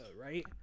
right